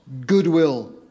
goodwill